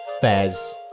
Fez